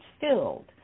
filled